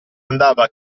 andava